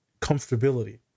comfortability